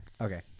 Okay